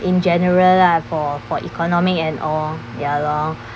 in general lah for for economy and all ya lor